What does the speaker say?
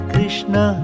Krishna